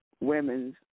women's